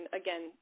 again